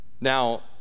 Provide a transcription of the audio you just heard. Now